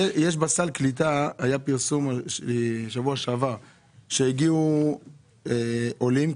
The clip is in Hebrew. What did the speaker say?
היה פרסום בשבוע שעבר שהגיעו עולים,